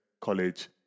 college